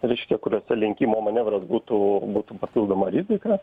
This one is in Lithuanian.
reiškia kuriuose lenkimo manevras būtų būtų papildoma rizika